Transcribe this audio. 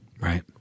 Right